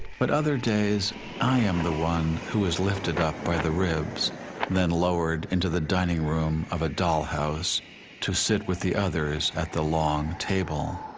but other days i am the one who is lifted up by the ribs then lowered into the dining room of a dollhouse to sit with the others at the long table.